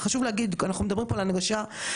על זכותונים על כל הדבר הזה,